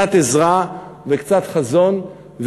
קצת עזרה וקצת חזון,